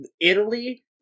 Italy